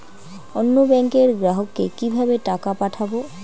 অন্য ব্যাংকের গ্রাহককে কিভাবে টাকা পাঠাবো?